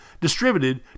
distributed